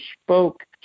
spoke